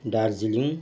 Darjeeling